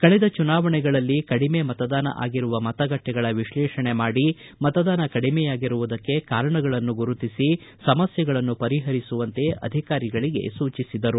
ಕಳೆದ ಚುನಾವಣೆಗಳಲ್ಲಿ ಕಡಿಮೆ ಮತದಾನ ಆಗಿರುವ ಮತಗಟ್ಟೆಗಳ ವಿಶ್ಲೇಷಣೆ ಮಾಡಿ ಮತದಾನ ಕಡಿಮೆಯಾಗಿರುವುದಕ್ಕೆ ಕಾರಣಗಳನ್ನು ಗುರುತಿಸಿ ಸಮಸ್ಥೆಗಳನ್ನು ಪರಿಪರಿಸುವಂತೆ ಅಧಿಕಾರಿಗಳಿಗೆ ಸೂಚಿಸಿದರು